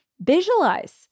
visualize